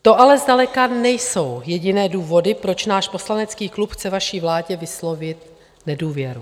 To ale zdaleka nejsou jediné důvody, proč náš poslanecký klub chce vaší vládě vyslovit nedůvěru.